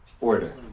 order